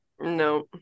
No